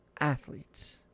Athletes